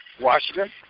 Washington